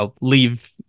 leave